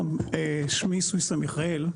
שלום שמי סויססא מיכאל.